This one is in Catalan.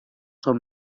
són